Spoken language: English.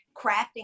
crafting